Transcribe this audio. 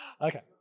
Okay